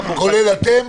כולל אתם,